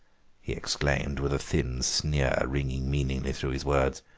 he exclaimed, with a thin sneer ringing meaningly through his words,